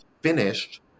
finished